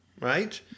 right